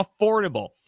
affordable